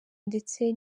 ndetse